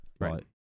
Right